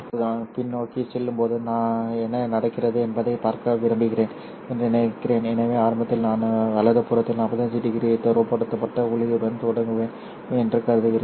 இப்போது நான் பின்னோக்கிச் செல்லும்போது என்ன நடக்கிறது என்பதைப் பார்க்க விரும்புகிறேன் என்று நினைக்கிறேன் எனவே ஆரம்பத்தில் நான் வலதுபுறத்தில் 45 டிகிரி துருவப்படுத்தப்பட்ட ஒளியுடன் தொடங்குவேன் என்று கருதுகிறேன்